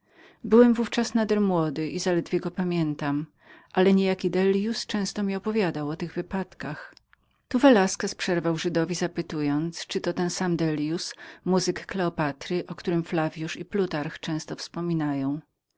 byłem w ówczas nader młodym i zaledwie mogę go zapamiętać ale niejaki dellius często mi opowiadał o tych wypadkach tu velasquez przerwał żydowi zapytując czyli to był ten sam dellius muzyk kleopatry o którym flawian i plutarch często wspominają